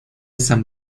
san